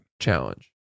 challenge